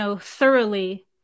thoroughly